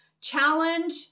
challenge